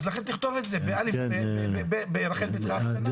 אז לכן תכתוב את זה ברחל בתך הקטנה,